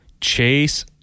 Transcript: Chase